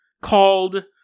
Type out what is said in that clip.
called